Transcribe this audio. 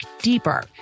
deeper